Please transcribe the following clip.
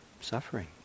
suffering